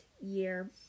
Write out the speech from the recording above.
year